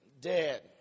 dead